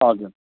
हजुर